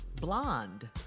blonde